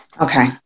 Okay